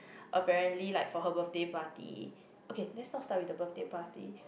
apparently like for her birthday party okay let's not start with the birthday party